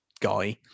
guy